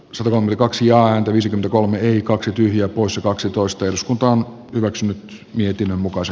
suomi kaksi ääntä viisi kolme ii kaksi tyhjää poissa kaksitoista eduskunta on hyväksynyt mietinnön mukaan